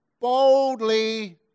Boldly